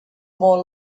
more